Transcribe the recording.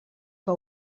que